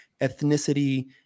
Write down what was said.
ethnicity